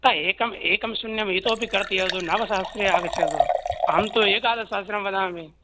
अतः एकम् एकं शून्यं इतोपि कर्तयतु नवसहस्रे आगच्छतु अहं तु एकादशसहस्रं वदामि